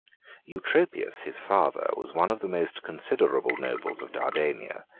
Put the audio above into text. eutropius, his father, was one of the most considerable nobles of dardania,